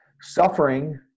Suffering